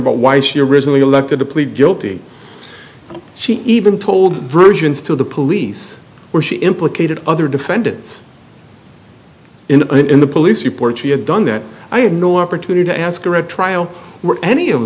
about why she originally elected to plead guilty she even told versions to the police where she implicated other defendants in the police report she had done that i had no opportunity to ask direct trial were any of